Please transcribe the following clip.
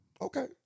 Okay